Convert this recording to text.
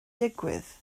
digwydd